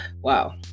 wow